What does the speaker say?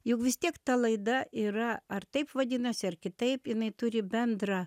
juk vis tiek ta laida yra ar taip vadinasi ar kitaip jinai turi bendrą